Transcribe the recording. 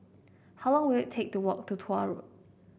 how long will it take to walk to Tuah Road